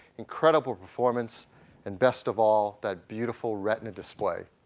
incredible performance and best of all, that beautiful retina display.